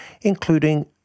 including